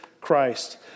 Christ